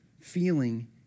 feeling